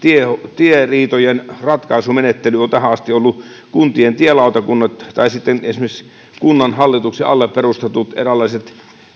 tieriitojen ratkaisumenettely on tähän asti ollut kuntien tielautakunnilla tai sitten esimerkiksi kunnanhallituksen alle perustetuilla eräänlaisilla